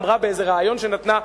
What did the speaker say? אמרה באיזה ריאיון שנתנה,